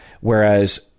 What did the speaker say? Whereas